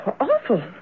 Awful